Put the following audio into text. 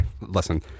listen